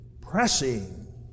pressing